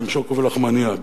שוקו ולחמנייה.